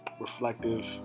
reflective